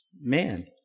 man